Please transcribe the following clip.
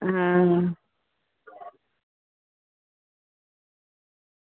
आं